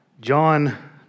John